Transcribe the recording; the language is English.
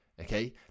okay